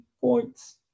points